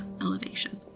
elevation